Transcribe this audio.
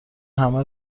همه